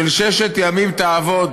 של ששת ימים תעבוד